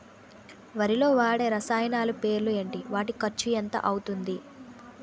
వరిలో వాడే రసాయనాలు పేర్లు ఏంటి? వాటి ఖర్చు ఎంత అవతుంది?